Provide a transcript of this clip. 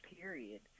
period